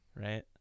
Right